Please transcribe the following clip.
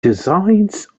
designs